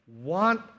want